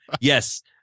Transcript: yes